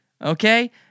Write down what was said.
Okay